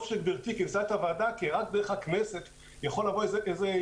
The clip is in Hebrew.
טוב שגברתי כינסה את הוועדה כי רק דרך הכנסת יכולה לבוא ישועה,